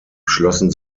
schlossen